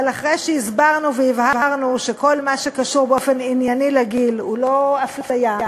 אבל אחרי שהסברנו והבהרנו שכל מה שקשור באופן ענייני לגיל הוא לא אפליה,